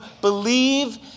believe